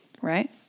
right